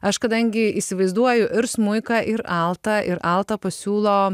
aš kadangi įsivaizduoju ir smuiką ir altą ir altą pasiūlo